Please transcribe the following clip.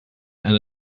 and